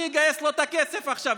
אני אגייס לו את הכסף עכשיו,